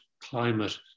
climate